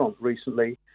recently